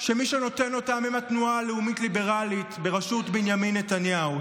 שמי שנותן אותם היא התנועה הלאומית הליברלית בראשות בנימין נתניהו.